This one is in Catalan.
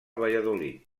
valladolid